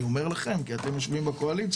אני אומר לכם כי אתם יושבים בקואליציה,